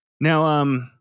Now –